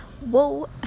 Whoa